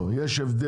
הוא צודק.